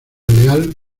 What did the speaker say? leal